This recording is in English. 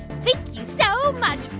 thank you so much